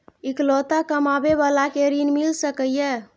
इकलोता कमाबे बाला के ऋण मिल सके ये?